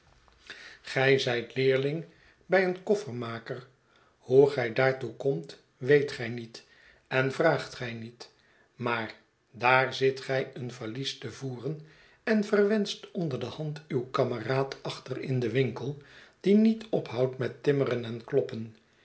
gij zijt leerling bij een koffermaker hoe gij daartoe komt weet gij niet en vraagt gij niet maar daar zit gij een valies te voeren en verwenscht onder de hand uw kameraad achter in den winkel die niet ophoudt met timmeren en kloppen